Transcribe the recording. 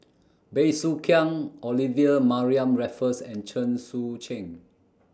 Bey Soo Khiang Olivia Mariamne Raffles and Chen Sucheng